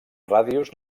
ràdios